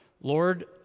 Lord